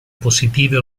positive